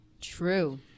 True